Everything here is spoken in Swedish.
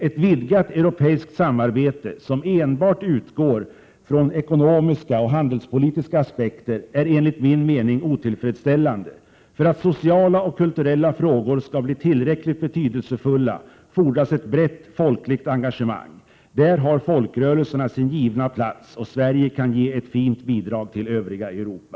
Ett vidgat europeiskt samarbete som enbart utgår från ekonomiska och handelspolitiska aspekter är enligt min mening otillfredsställande. För att sociala och kulturella frågor skall bli tillräckligt betydelsefulla fordras ett brett folkligt engagemang. Där har folkrörelserna sin givna plats, och Sverige kan ge ett fint bidrag till det övriga Europa.